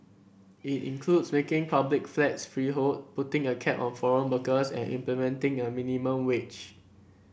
it includes making public flats freehold putting a cap on foreign workers and implementing a minimum wage